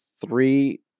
three